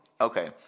okay